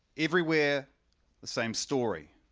everywhere the same story,